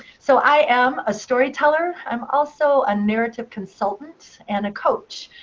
so i am a storyteller. i'm also a narrative consultant, and a coach.